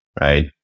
right